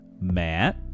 Matt